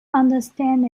understand